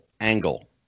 angle